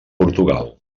portugal